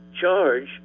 charge